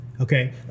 Okay